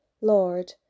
Lord